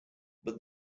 but